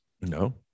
No